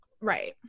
Right